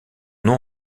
nom